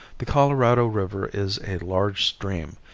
the colorado river is a large stream,